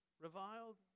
reviled